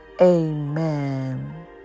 amen